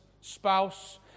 spouse